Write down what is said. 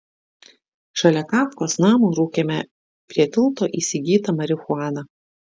šalia kafkos namo rūkėme prie tilto įsigytą marihuaną